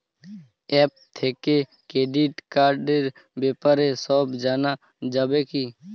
App থেকে credit কার্ডর ব্যাপারে সব জানা যাবে কি?